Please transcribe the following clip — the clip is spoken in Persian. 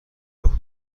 لخت